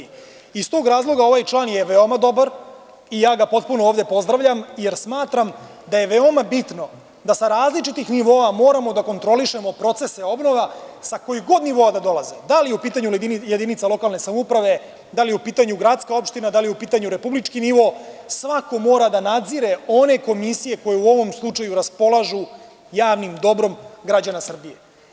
Iz tog razloga ovaj član je veoma dobar, i ja ga potpuno ovde pozdravljam, jer smatram da je veoma bitno da sa različitih nivoa moramo da kontrolišemo procese obnova sa kojih god nivoa da dolaze, da li je upitanju jedinca lokalne samouprave, da li je u pitanju gradska opština, da li je u pitanju republički nivo, svako mora da nadzire one komisije koje u ovom slučaju raspolažu javnim dobrom građana Srbije.